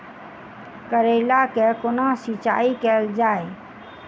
करैला केँ कोना सिचाई कैल जाइ?